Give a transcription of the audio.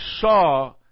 saw